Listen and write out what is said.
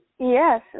Yes